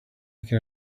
can